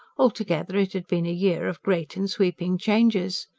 altogether it had been a year of great and sweeping changes.